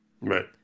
Right